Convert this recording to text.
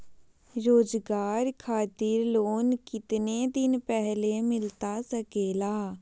रोजगार खातिर लोन कितने दिन पहले मिलता सके ला?